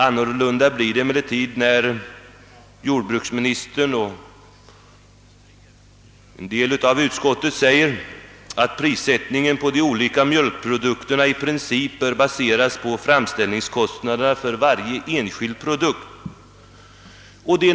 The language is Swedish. Annorlunda blir det emellertid när jordbruksministern och en del av utskottet säger att »prissättningen på de olika mjölkprodukterna i princip bör baseras på framställningskostnaderna för varje enskild produkt».